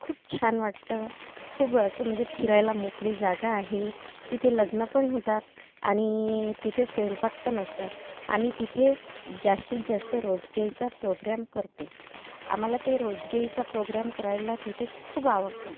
खूप छान वाटतं खूप असं म्हणजे फिरायला मोकळी जागा आहे तिथे लग्नं पण होतात आणि तिथे स्वयंपाक पण असतात आम्ही तिथे जास्तीत जास्त रोडगेईचा प्रोग्राम करते आम्हाला ते रोडगेईचा प्रोग्राम करायला तिथे खूप आवडतं